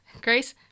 Grace